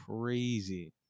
crazy